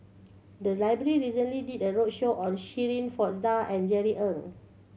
the library recently did a roadshow on Shirin Fozdar and Jerry Ng